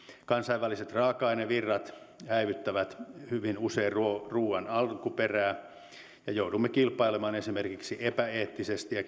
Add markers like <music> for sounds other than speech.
kansainväliset raaka ainevirrat häivyttävät hyvin usein ruuan alkuperää ja joudumme kilpailemaan esimerkiksi epäeettisesti ja <unintelligible>